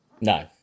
No